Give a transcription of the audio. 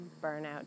burnout